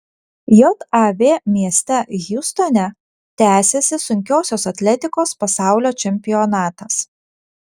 jav mieste hjustone tęsiasi sunkiosios atletikos pasaulio čempionatas